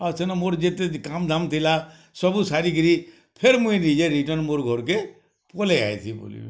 ଆଉ ସେଦିନ ମୋର ଯେତେ କାମ୍ ଦାମ୍ ଥିଲା ସବୁ ସାରି କିରି ଫେର୍ ମୁଇଁ ନିଜେ ରିଟର୍ଣ୍ଣ ମୋର୍ ଘର୍କେ ପଳେଇ ଆଇଛି ବୋଲି